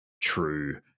true